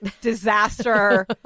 disaster